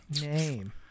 Name